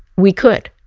we could.